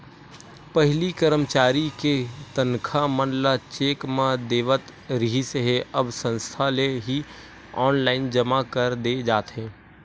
पहिली करमचारी के तनखा मन ल चेक म देवत रिहिस हे अब संस्था ले ही ऑनलाईन जमा कर दे जाथे